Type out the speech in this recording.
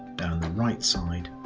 down the right side